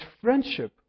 friendship